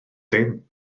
dim